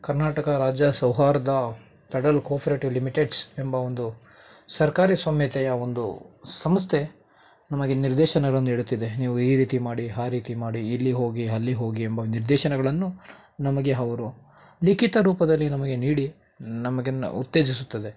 ಕರ್ನಾಟಕ ರಾಜ್ಯ ಸೌಹಾರ್ದ federal cooperative limiteds ಎಂಬ ಒಂದು ಸರ್ಕಾರಿ ಸ್ವಾಮ್ಯತೆಯ ಒಂದು ಸಂಸ್ಥೆ ನಮಗೆ ನಿರ್ದೇಶನಗಳನ್ನು ನೀಡುತ್ತಿದೆ ನೀವು ಈ ರೀತಿ ಮಾಡಿ ಆ ರೀತಿ ಮಾಡಿ ಇಲ್ಲಿ ಹೋಗಿ ಅಲ್ಲಿ ಹೋಗಿ ಎಂಬ ನಿರ್ದೇಶನಗಳನ್ನು ನಮಗೆ ಅವರು ಲಿಖಿತ ರೂಪದಲ್ಲಿ ನಮಗೆ ನೀಡಿ ನಮಗಿನ್ನೂ ಉತ್ತೇಜಿಸುತ್ತದೆ